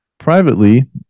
Privately